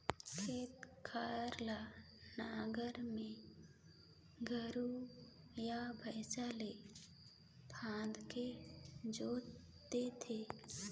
खेत खार ल नांगर में गोरू या भइसा ले फांदके जोत थे